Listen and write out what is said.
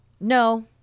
no